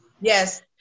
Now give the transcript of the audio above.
Yes